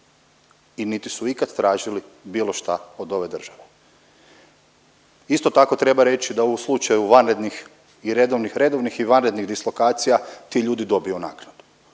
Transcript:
i niti su ikad tražili bilo šta od ove države. Isto tako treba reći da u slučaju vanrednih i redovnih, redovnih i vanrednih dislokacija ti ljudi dobiju naknadu.